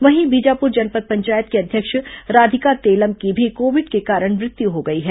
वहीं बीजापुर जनपद पंचायत की अध्यक्ष राधिका तेलम की भी कोविड के कारण मृत्यु हो गई है